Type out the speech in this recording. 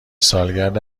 سالگرد